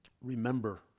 remember